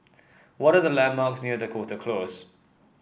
what are the landmarks near the Dakota Close